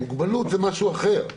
מוגבלות זה משהו אחר.